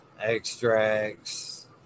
extracts